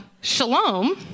Shalom